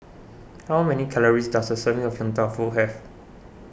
how many calories does a serving of Yong Tau Foo have